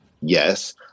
Yes